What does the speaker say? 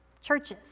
churches